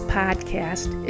podcast